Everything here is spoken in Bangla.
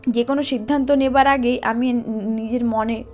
যে কোনো সিদ্ধান্ত নেবার আগেই আমি নিজের মনে